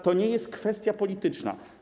To nie jest kwestia polityczna.